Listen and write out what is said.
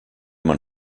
man